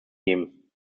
geben